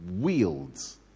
wields